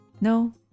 No